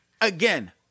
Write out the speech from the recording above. again